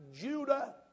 Judah